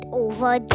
over